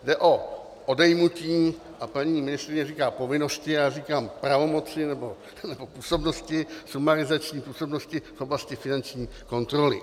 Jde o odejmutí, a paní ministryně říká povinnosti, já říkám pravomoci nebo působnosti, sumarizační působnosti v oblasti finanční kontroly.